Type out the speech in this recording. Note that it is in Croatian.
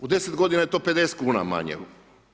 U 10 godina je to 50 kuna manje.